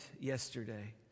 yesterday